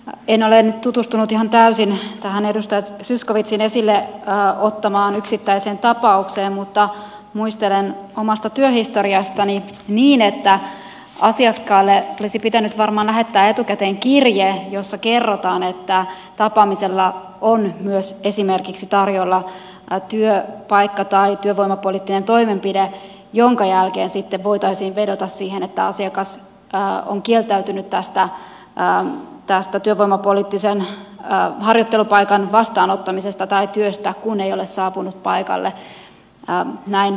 en ole nyt tutustunut ihan täysin tähän edustaja zyskowiczin esille ottamaan yksittäiseen tapaukseen mutta muistelen omasta työhistoriastani niin että asiakkaalle olisi pitänyt varmaan lähettää etukäteen kirje jossa kerrotaan että tapaamisella on myös tarjolla esimerkiksi työpaikka tai työvoimapoliittinen toimenpide minkä jälkeen sitten voitaisiin vedota siihen että asiakas on kieltäytynyt tästä työvoimapoliittisen harjoittelupaikan vastaanottamisesta tai työstä kun ei ole saapunut paikalle